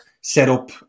setup